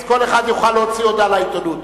כל אחד יוכל להוציא הודעה לעיתונות.